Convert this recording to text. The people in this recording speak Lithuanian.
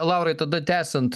laurai tada tęsiant